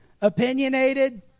Opinionated